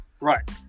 Right